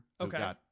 Okay